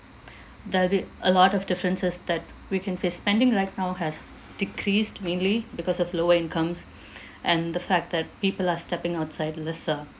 there'll be a lot of differences that we can face spending right now has decreased mainly because of lower incomes and the fact that people are stepping outside lesser